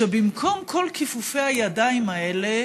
שבמקום כל כיפופי הידיים האלה